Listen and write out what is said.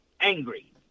angry